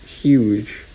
huge